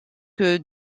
que